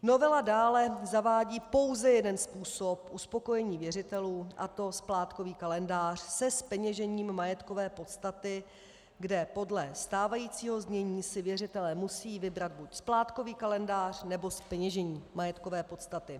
Novela dále zavádí pouze jeden způsob uspokojení věřitelů, a to splátkový kalendář se zpeněžením majetkové podstaty, kde podle stávajícího znění si věřitelé musí vybrat buď splátkový kalendář, nebo zpeněžení majetkové podstaty.